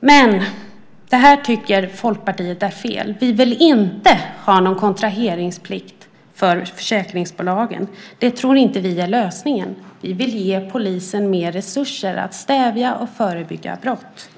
Men det här tycker Folkpartiet är fel. Vi vill inte ha någon kontraheringsplikt för försäkringsbolagen. Det tror vi inte är lösningen. Vi vill ge polisen mer resurser att stävja och förebygga brott.